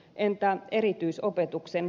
entä erityisopetuksen